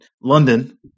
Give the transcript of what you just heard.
London